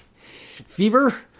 fever